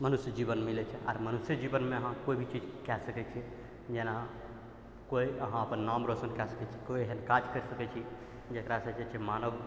मनुष्य जीवन मिलै छै आओर मनुष्य जीवनमे अहाँ कोइ भी चीज कऽ सकै छिए जेना केओ अहाँ अपन नाम रोशन कऽ सकै छी कोइ एहन काज कऽ सकै छी जकरासँ जे छै मानव